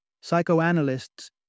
psychoanalysts